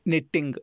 knitting